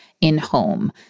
in-home